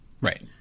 Right